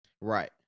Right